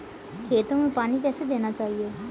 खेतों में पानी कैसे देना चाहिए?